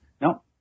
no